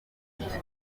iki